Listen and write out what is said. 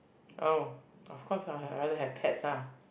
oh of course ah I rather have pets ah